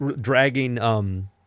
dragging